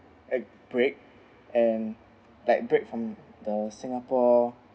a break and like break from the singapore